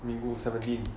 mingyu seventeen